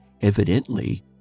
Evidently